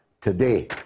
today